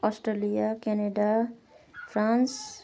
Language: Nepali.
Australia Canada France